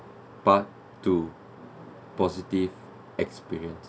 part two positive experience